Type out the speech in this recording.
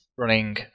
running